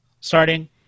starting